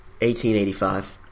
1885